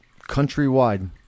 countrywide